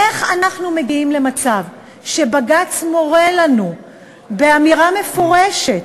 איך אנחנו מגיעים למצב שבג"ץ מורה לנו באמירה מפורשת